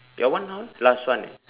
your one how last one eh